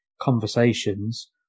conversations